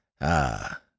Ah